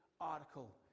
article